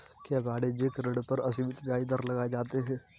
क्या वाणिज्यिक ऋण पर असीमित ब्याज दर लगाए जाते हैं?